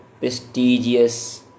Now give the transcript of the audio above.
prestigious